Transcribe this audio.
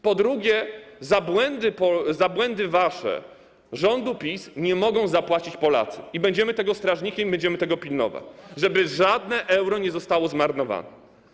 Po drugie, za błędy wasze, rządu PiS nie mogą zapłacić Polacy i będziemy tego strażnikiem, będziemy tego pilnować, żeby żadne euro nie zostało zmarnowane.